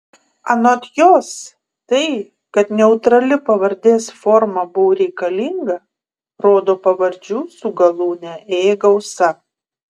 anot jos tai kad neutrali pavardės forma buvo reikalinga rodo pavardžių su galūne ė gausa